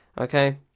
okay